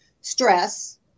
stress